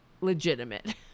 legitimate